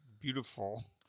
beautiful